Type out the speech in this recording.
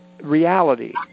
reality